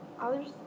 Others